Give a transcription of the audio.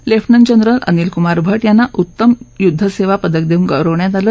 lieutenant general Anilkumar Bhat यांना उत्तम युद्धसेवा पदक देऊन गौरवण्यात आलं